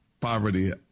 Poverty